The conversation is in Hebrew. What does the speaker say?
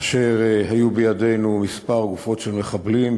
כאשר היו בידינו כמה גופות של מחבלים,